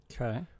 Okay